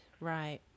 right